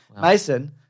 Mason